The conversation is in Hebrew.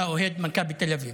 אתה אוהד מכבי תל אביב: